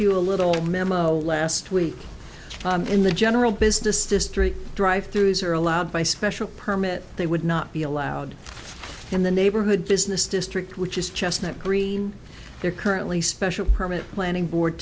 you a little memo last week in the general business district drive through these are allowed by special permit they would not be allowed in the neighborhood business district which is just that green there currently special permit planning board